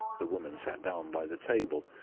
the woman sat down by the table.